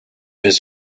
his